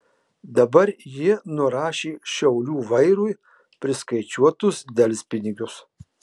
dabar ji nurašė šiaulių vairui priskaičiuotus delspinigius